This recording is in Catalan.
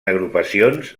agrupacions